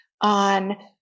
on